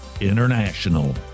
International